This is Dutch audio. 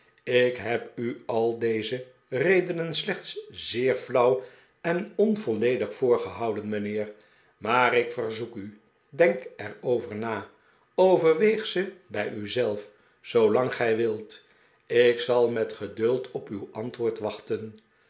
ik heb u al deze redenen slechts zeer flauw en onvolledig voorgehouden mijnheer maar ik verzoek u denk er over na overweeg ze bij u zelf zoolang gij wilt ik zal met geduld op uw antwoord wachten